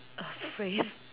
a phrase